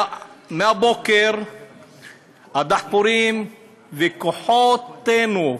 מהבוקר הדחפורים ו"כוחותינו"